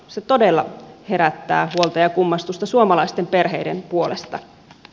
se todella herättää huolta ja kummastusta suomalaisten perheiden puolesta